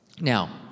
now